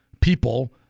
people